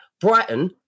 Brighton